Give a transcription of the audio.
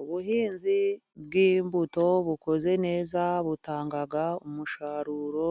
Ubuhinzi bw'imbuto bukoze neza butanga umusaruro,